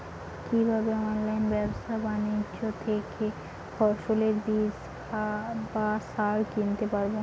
কীভাবে অনলাইন ব্যাবসা বাণিজ্য থেকে ফসলের বীজ বা সার কিনতে পারবো?